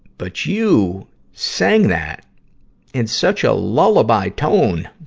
but you sang that in such a lullaby tone!